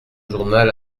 journal